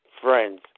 friends